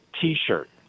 t-shirt